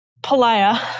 Palaya